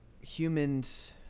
humans